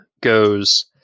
goes